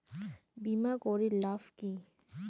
বিমা করির লাভ কি?